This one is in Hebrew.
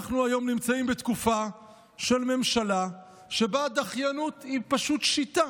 אנחנו היום נמצאים בתקופה של ממשלה שבה דחיינות היא פשוט שיטה,